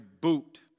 boot